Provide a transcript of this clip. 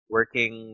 Working